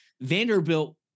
Vanderbilt